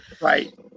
Right